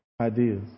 ideas